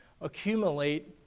accumulate